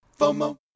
FOMO